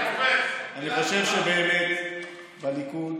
אני חושב שבאמת בליכוד